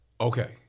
Okay